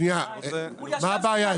מה הבעיה?